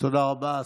תודה רבה.